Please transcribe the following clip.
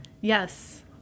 Yes